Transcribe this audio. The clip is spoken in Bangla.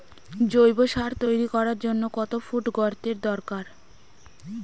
জৈব সার তৈরি করার জন্য কত ফুট গর্তের দরকার?